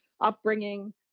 upbringing